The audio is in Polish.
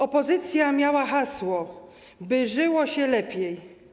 Opozycja miała hasło: By żyło się lepiej.